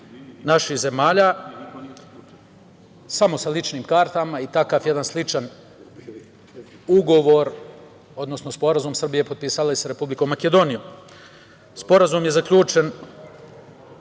naših zemalja samo sa ličnim kartama. Takav jedan sličan ugovor, odnosno Sporazum Srbija je potpisala i sa Republikom Makedonijom. Sporazum je zaključen